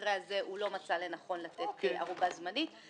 במקרה הזה הוא לא מצא לנכון לתת ערובה זמנית.